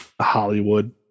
Hollywood